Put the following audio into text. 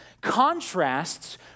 contrasts